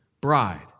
bride